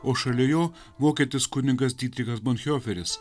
o šalia jo vokietis kunigas didrikas